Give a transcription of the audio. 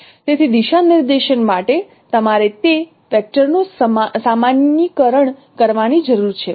તેથી દિશા નિર્દેશન માટે તમારે તે વેક્ટર નું સામાન્યીકરણ કરવાની જરૂર છે